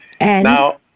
Now